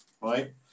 right